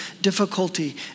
difficulty